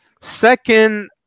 Second